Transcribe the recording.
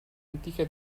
antica